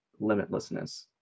limitlessness